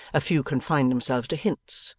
a few confined themselves to hints,